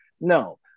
No